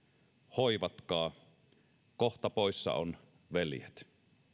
hoivatkaa kohta poissa on veljet